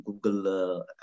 Google